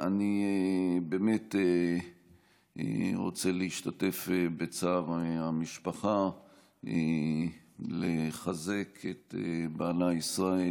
אני באמת רוצה להשתתף בצער המשפחה ולחזק את בעלה ישראל,